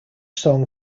song